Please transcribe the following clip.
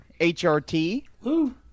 HRT